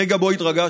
הרגע שבו התרגשתי,